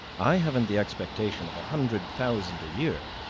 i haven't the expectation of a hundred thousand a year,